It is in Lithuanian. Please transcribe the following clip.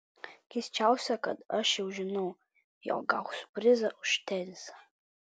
keisčiausia kad aš jau žinau jog gausiu prizą už tenisą